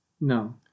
No